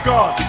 God